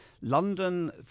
London